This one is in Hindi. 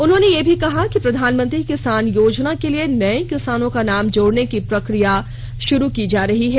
उन्होंने यह भी कहा कि प्रधानमंत्री किसान योजना के लिए नये किसानों का नाम जोड़ने की प्रक्रिया शुरू की जा रही है